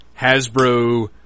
Hasbro